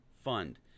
Fund